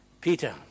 Peter